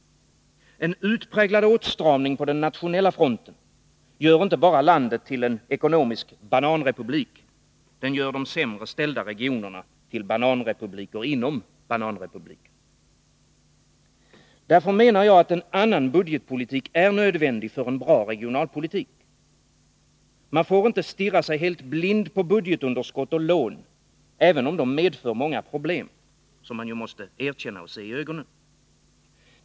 En utpräglad åtstramning på den nationella fronten gör inte bara landet till en ekonomisk bananrepublik, den gör de sämre ställda regionerna till bananrepubliker inom bananrepubliken. Därför menar jag att en annan budgetpolitik är nödvändig för en bra regionalpolitik. Man får inte stirra sig helt blind på budgetunderskott och lån, även om de medför många problem som man måste erkänna och se i ögonen.